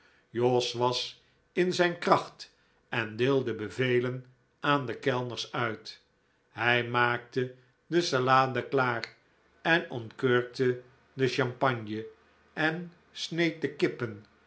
jos was in zijn kracht en deelde bevelen aan de kellners uit hij maakte de salade klaar en ontkurkte den champagne en sneed de kippen